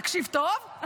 תקשיב טוב,